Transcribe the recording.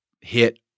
hit